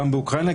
גם באוקראינה,